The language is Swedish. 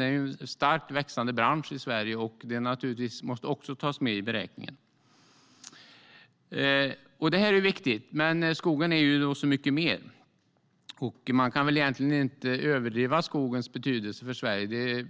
Det är en starkt växande bransch i Sverige, och det måste naturligtvis också tas med i beräkningen. Men skogen är så mycket mer. Man kan egentligen inte överdriva skogens betydelse för Sverige.